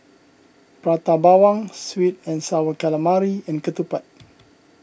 Prata Bawang Sweet and Sour Calamari and Ketupat